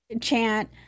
chant